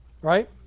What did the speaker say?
right